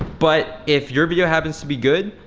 but if your video happens to be good,